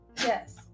Yes